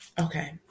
okay